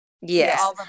Yes